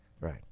right